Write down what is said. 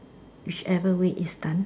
whichever way is done